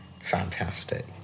fantastic